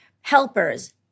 helpers